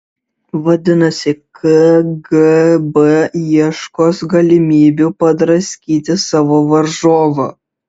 vadinasi kgb ieškos galimybių padraskyti savo varžovą